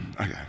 Okay